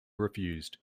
refused